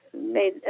made